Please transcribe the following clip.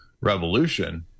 revolution